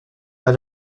pas